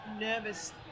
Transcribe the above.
nervous